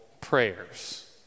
prayers